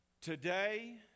Today